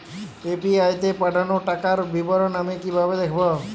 UPI তে পাঠানো টাকার বিবরণ আমি কিভাবে দেখবো?